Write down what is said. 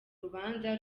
rubanza